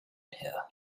here